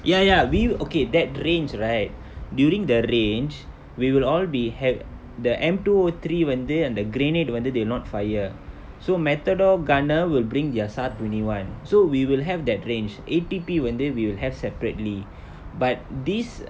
ya ya we okay that range right during the range we will all be have the M two O three வந்து அந்த:vanthu antha grenade வந்து:vanthu they will not fire so method or gunner will bring their sa~ twenty one so we will have that range A_T_P வந்து:vanthu we will have separately but this